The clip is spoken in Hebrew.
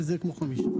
וזה כמו חמישה.